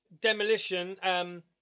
Demolition